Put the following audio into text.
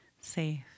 safe